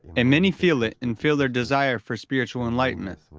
and many feel it and feel their desire for spiritual enlightenment,